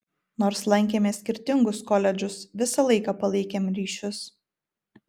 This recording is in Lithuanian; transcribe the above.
nors lankėme skirtingus koledžus visą laiką palaikėm ryšius